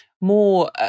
more